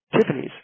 Tiffany's